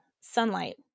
sunlight